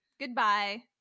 Goodbye